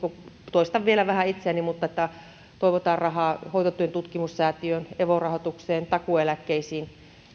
toistan vielä vähän itseäni toivotaan rahaa hoitotyön tutkimussäätiöön evo rahoitukseen takuueläkkeisiin